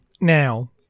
now